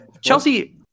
Chelsea